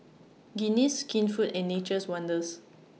Guinness Skinfood and Nature's Wonders